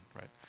Right